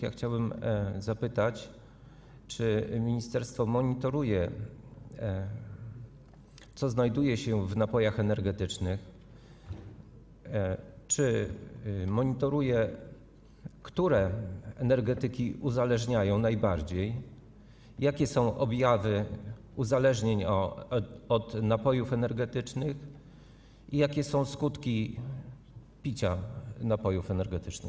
Ja chciałbym zapytać, czy ministerstwo monitoruje, co znajduje się w napojach energetycznych, czy monitoruje, które energetyki uzależniają najbardziej, jakie są objawy uzależnień od napojów energetycznych i jakie są skutki picia napojów energetycznych.